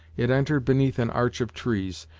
it entered beneath an arch of trees,